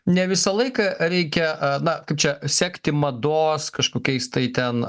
ne visą laiką reikia na kaip čia sekti mados kažkokiais tai ten